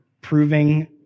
proving